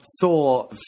Thor